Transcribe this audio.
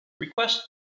Request